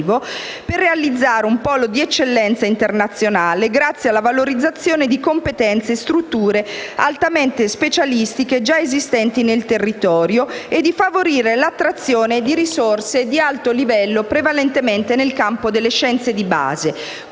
per realizzare un polo di eccellenza internazionale, grazie alla valorizzazione di competenze e strutture altamente specialistiche già esistenti nel territorio, e favorire l'attrazione di risorse di alto livello prevalentemente nel campo delle scienze di base.